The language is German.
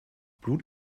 blut